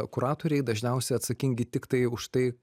kuratoriai dažniausia atsakingi tiktai už tai